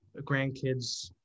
grandkids